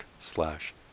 slash